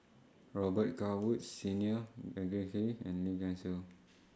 Robet Carr Woods Senior and Lim